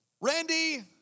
Randy